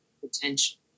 potential